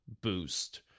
boost